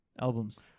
Albums